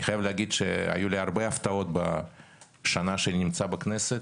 אני חייב להגיד שהיו לי הרבה הפתעות בשנה שאני נמצא בכנסת,